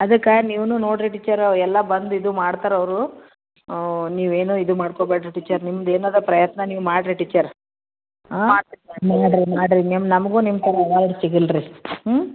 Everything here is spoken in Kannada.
ಅದಕ್ಕೆ ನೀವೂ ನೋಡಿರಿ ಟೀಚರ ಎಲ್ಲ ಬಂದು ಇದು ಮಾಡ್ತಾರೆ ಅವರು ನೀವು ಏನು ಇದು ಮಾಡ್ಕೊಳ್ಬೇಡ್ರಿ ಟೀಚರ್ ನಿಮ್ದು ಏನಿದೆ ಪ್ರಯತ್ನ ನೀವು ಮಾಡಿರಿ ಟೀಚರ್ ಹಾಂ ಮಾಡಿರಿ ಮಾಡಿರಿ ನೀವು ನಮಗೂ ನಿಮ್ಮ ಥರ ಅವಾರ್ಡ್ ಸಿಗಲ್ಲ ರೀ ಹ್ಞೂ